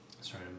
sorry